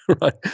right